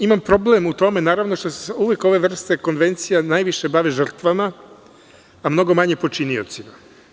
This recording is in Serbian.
Imam problem u tome što se uvek ove vrste konvencija najviše bave žrtvama a manje počiniocima.